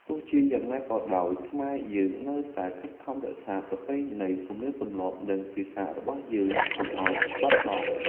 ទោះបីជាយ៉ាងណាក៏ដោយ ខ្មែរយើងនៅតែខិតខំរក្សាប្រពៃណី ទំនៀមទម្លាប់ និងភាសារបស់យើងកុំឱ្យបាត់បង់។